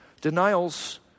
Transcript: Denials